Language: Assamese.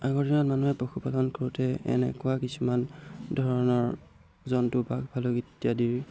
আগৰ দিনত মানুহে পশুপালন কৰোঁতে এনেকুৱা কিছুমান ধৰণৰ জন্তু বাঘ ভালুক ইত্যাদিৰ